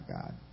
God